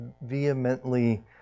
vehemently